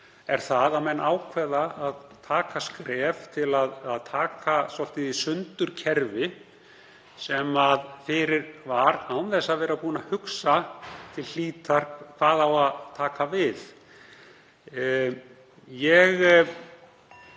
hér að menn ákveða að taka skref til að taka svolítið í sundur kerfi sem fyrir var án þess að vera búnir að hugsa til hlítar hvað eigi að taka við. Ég held